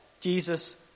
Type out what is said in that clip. Jesus